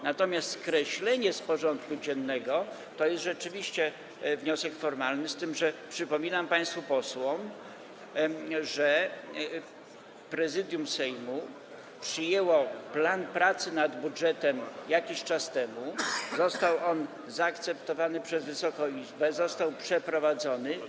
Natomiast wniosek o skreślenie tego punktu z porządku dziennego to jest rzeczywiście wniosek formalny, z tym że przypominam państwu posłom, że Prezydium Sejmu przyjęło plan pracy nad budżetem jakiś czas temu, został on zaakceptowany przez Wysoką Izbę, jest on realizowany.